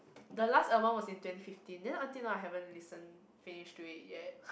the last album was in twenty fifteen then until now I haven't listened finish to it yet